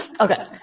Okay